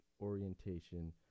orientation